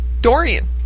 Dorian